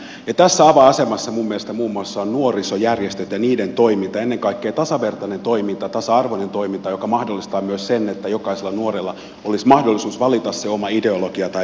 tässä avainasemassa minun mielestäni ovat muun muassa nuorisojärjestöt ja niiden toiminta ennen kaikkea tasavertainen toiminta tasa arvoinen toiminta joka mahdollistaa myös sen että jokaisella nuorella olisi mahdollisuus valita se oma ideologia tai viiteryhmä